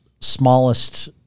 smallest